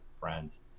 friends